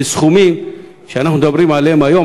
בסכומים שאנחנו מדברים עליהם היום,